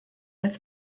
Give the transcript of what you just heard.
als